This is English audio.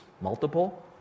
multiple